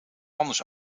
anders